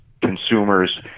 consumers